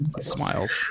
smiles